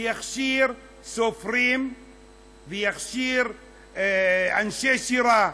שיכשיר סופרים ויכשיר אנשי שירה?